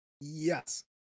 Yes